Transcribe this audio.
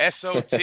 SOT